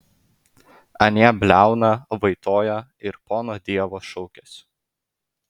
anie bliauna vaitoja ir pono dievo šaukiasi